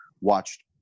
watched